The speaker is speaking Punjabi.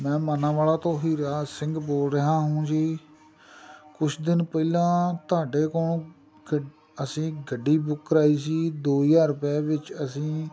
ਮੈਂ ਮਾਨਾ ਵਾਲਾ ਤੋਂ ਹੀਰਾ ਸਿੰਘ ਬੋਲ ਰਿਹਾ ਹੂੰ ਜੀ ਕੁਛ ਦਿਨ ਪਹਿਲਾਂ ਤੁਹਾਡੇ ਕੋਂ ਗ ਅਸੀਂ ਗੱਡੀ ਬੁੱਕ ਕਰਵਾਈ ਸੀ ਦੋ ਹਜ਼ਾਰ ਰੁਪਏ ਵਿੱਚ ਅਸੀਂ